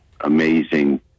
amazing